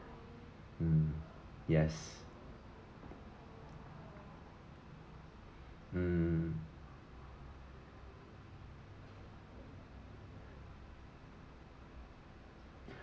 mm yes mm